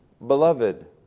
Beloved